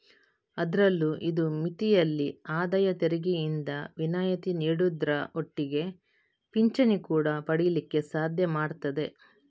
ಅದ್ರಲ್ಲೂ ಇದು ಮಿತಿಯಲ್ಲಿ ಆದಾಯ ತೆರಿಗೆಯಿಂದ ವಿನಾಯಿತಿ ನೀಡುದ್ರ ಒಟ್ಟಿಗೆ ಪಿಂಚಣಿ ಕೂಡಾ ಪಡೀಲಿಕ್ಕೆ ಸಾಧ್ಯ ಮಾಡ್ತದೆ